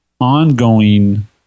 ongoing